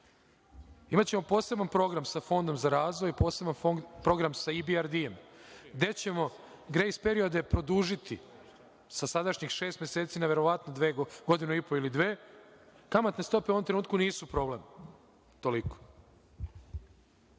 imaćemo poseban program sa Fondom za razvoj i poseban program sa IBRD, gde ćemo grejs periode produžiti sa sadašnjih šest meseci, na verovatno godinu i po ili dve, kamatne stope u ovom trenutku nisu problem, toliko,